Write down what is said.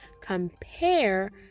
compare